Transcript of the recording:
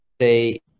say